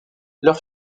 leur